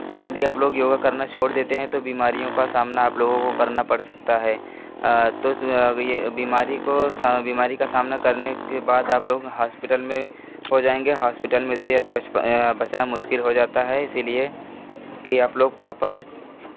यदि आप लोग योग करना छोड़ देते हैं तो बीमारियों का सामना आप लोगों को करना पड़ सकता है तो चु अब ये बीमारी को सा बीमारी का सामना करने के बाद आप लोग हॉस्पिटल में हो जाएंगे हॉस्पिटल में से यदि बच प बचना मुस्किल हो जाता है इसीलिए की आप लोग प्रॉपर